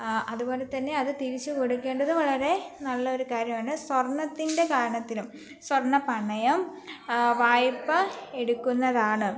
അതുപോലെത്തന്നെ അത് തിരിച്ച് കൊടുക്കേണ്ടത് വളരെ നല്ലൊരു കാര്യമാണ് സ്വർണത്തിൻ്റെ കാര്യത്തിലും സ്വർണ പണയം വായ്പ എടുക്കുന്നതാണ്